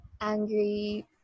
angry